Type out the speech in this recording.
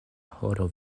horo